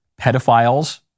pedophiles